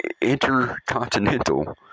intercontinental